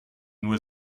nur